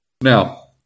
Now